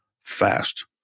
fast